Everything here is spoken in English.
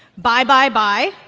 bye bye bye.